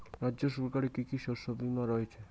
রাজ্য সরকারের কি কি শস্য বিমা রয়েছে?